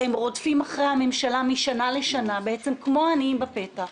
הם רודפים אחרי הממשלה משנה לשנה, כמו עניים בפתח.